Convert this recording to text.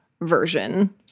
version